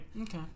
Okay